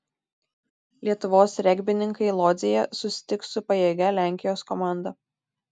lietuvos regbininkai lodzėje susitiks su pajėgia lenkijos komanda